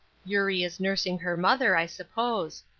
eurie is nursing her mother, i suppose.